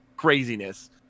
craziness